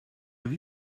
have